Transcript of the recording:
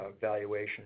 valuation